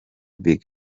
big